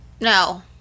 No